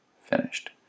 finished